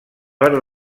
per